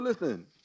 listen